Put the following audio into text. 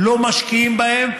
לא משקיעים בהם,